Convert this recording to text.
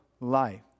life